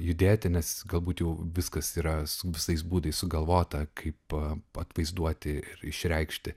judėti nes galbūt jau viskas yra su visais būdais sugalvota kaip pa atvaizduoti ir išreikšti